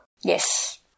Yes